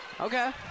okay